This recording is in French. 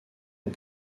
aux